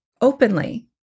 openly